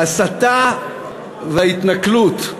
ההסתה וההתנכלות.